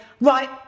right